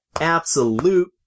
absolute